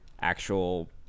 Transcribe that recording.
actual